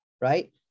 right